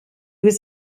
was